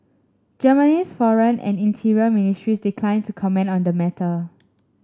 Germany's foreign and interior ministries declined to comment on the matter